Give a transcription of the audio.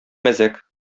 мәзәк